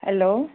hello